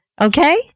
Okay